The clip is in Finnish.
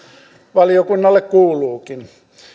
valiokunnan kuuluukin